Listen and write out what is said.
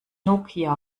nokia